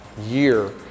year